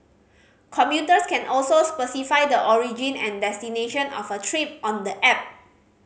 commuters can also specify the origin and destination of a trip on the app